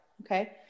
Okay